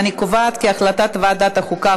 אני קובעת כי החלטת ועדת החוקה,